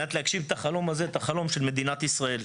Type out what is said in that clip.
מנת להגשים את החלום הזה של מדינת ישראל.